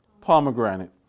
pomegranate